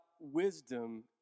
wisdom